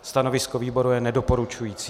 Stanovisko výboru je nedoporučující.